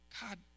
God